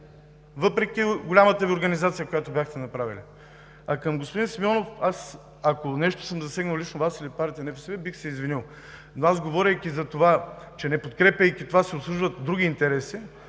въпреки голямата организация, която бяхте направили. Към господин Симеонов. Ако нещо съм засегнал лично Вас или партия НФСБ, бих се извинил. Но аз, говорейки, че не подкрепяйки това, се обслужват други интереси